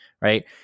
right